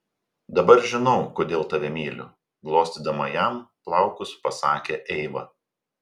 dabar žinau kodėl tave myliu glostydama jam plaukus pasakė eiva